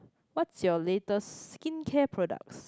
what's your latest skincare products